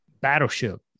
battleship